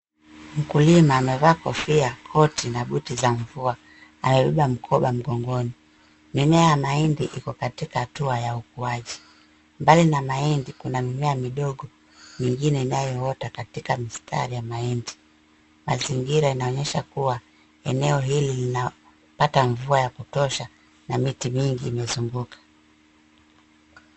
Mkulima amevaa kofia, koti na buti za mvua. Amebeba mkoba mgongoni. Mimea ya mahindi iko katika hatua ya ukuaji. Mbali na mahindi kuna mimea midogo mingine inayoota katika mistari ya mahindi. Mazingira inaonyesha kuwa eneo hili linapata mvua ya kutosha na miti mingi imezunguka.